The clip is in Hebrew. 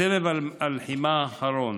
בסבב הלחימה האחרון